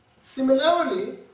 Similarly